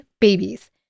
babies